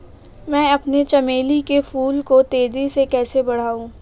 मैं अपने चमेली के फूल को तेजी से कैसे बढाऊं?